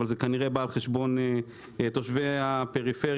אבל זה כנראה בא על חשבון תושבי הפריפריה.